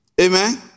Amen